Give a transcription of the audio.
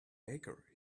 baker